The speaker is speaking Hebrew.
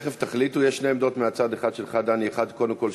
יש למדינה הזאת, מאיפה עלית?